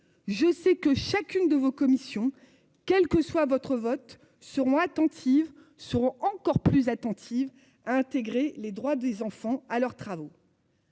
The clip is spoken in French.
Je sais que chacune de vos commissions quel que soit votre vote seront attentives seront encore plus attentive à intégrer les droits des enfants à leurs travaux.--